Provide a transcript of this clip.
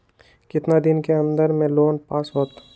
कितना दिन के अन्दर में लोन पास होत?